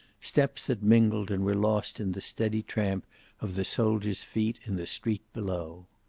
steps that mingled and were lost in the steady tramp of the soldiers' feet in the street below.